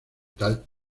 tal